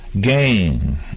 gain